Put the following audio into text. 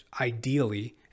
ideally